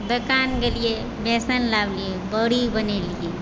दोकान गेलियै बेसन लाबै लिए बड़ी बनेलियै